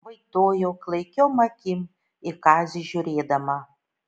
vaitojo klaikiom akim į kazį žiūrėdama